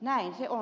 näin se on